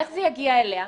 איך זה יגיע אליה?